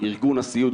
ארגון הסיעוד,